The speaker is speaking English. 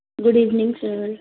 good evening sir